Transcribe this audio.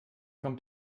kommt